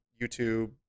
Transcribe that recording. YouTube